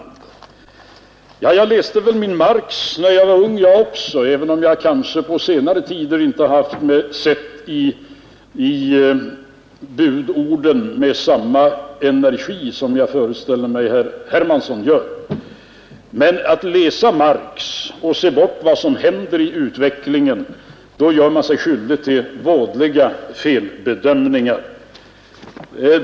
Även jag läste väl min Marx när jag var ung, även om jag inte på senare tid studerat de budorden med samma energi som jag föreställer mig att herr Hermansson gör. Men att läsa Marx och se bort från vad som händer i utvecklingen, det är att göra sig skyldig till vådliga felbedömningar.